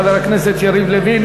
חבר הכנסת יריב לוין.